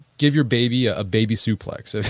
give your baby a baby-suplex, ah